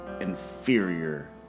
inferior